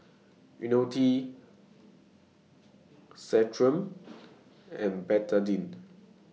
Ionil T Centrum and Betadine